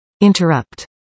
Interrupt